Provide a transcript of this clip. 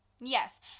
Yes